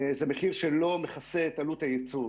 זה מחיר שלא מכסה את עלות הייצור